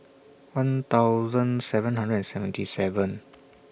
one thousand seven hundred and seventy seven